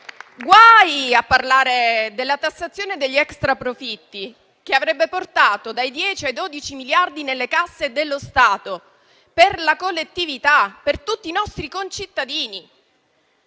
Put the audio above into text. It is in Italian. guai a parlare della tassazione degli extraprofitti, che avrebbe portato dai 10 ai 12 miliardi nelle casse dello Stato per la collettività, per tutti i nostri concittadini.